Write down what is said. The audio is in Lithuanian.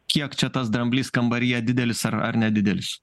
kiek čia tas dramblys kambaryje didelis ar ar nedidelis